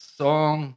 song